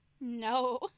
no